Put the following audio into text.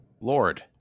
Lord